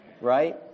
right